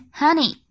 honey